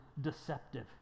deceptive